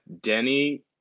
Denny